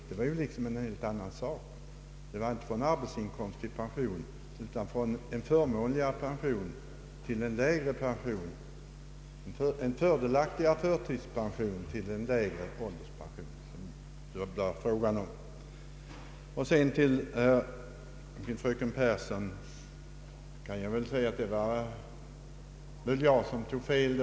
Det är alltså en helt annan sak än fru Hamrin-Thorell trodde: sänkningen gjordes inte från arbetsinkomst till pension, utan från en fördelaktig förtidspension till en lägre ålderspension. Jag kan säga till fröken Pehrsson att jag tog fel.